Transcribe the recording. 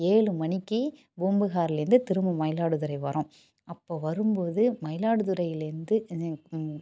ஏழு மணிக்கு பூம்புகார்லேருந்து திரும்ப மயிலாடுதுறை வரோம் அப்போது வரும் போது மயிலாடுதுறைலேருந்து